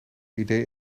idee